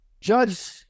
Judge